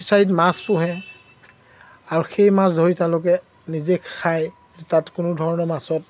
ফিচাৰীত মাছ পোহে আৰু সেই মাছ ধৰি তেওঁলোকে নিজে খায় তাত কোনো ধৰণৰ মাছত